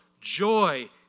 joy